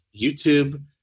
youtube